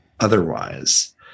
otherwise